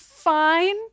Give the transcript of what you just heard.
fine